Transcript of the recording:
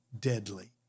deadly